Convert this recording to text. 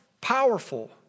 powerful